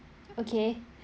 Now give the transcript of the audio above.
okay